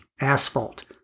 asphalt